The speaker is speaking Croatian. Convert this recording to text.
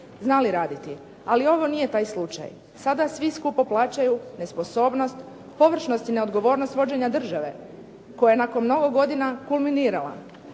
znali raditi. Ali ovo nije taj slučaj. Sada svi skupa plaćaju nesposobnost, površnost i neodgovornost vođenja države, koja je nakon mnogo godina kulminirala.